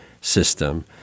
system